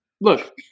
look